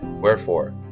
Wherefore